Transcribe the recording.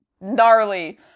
gnarly